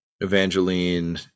Evangeline